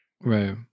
Right